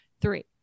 Three